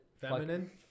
feminine